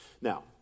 Now